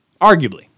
Arguably